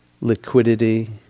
liquidity